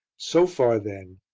so far, then,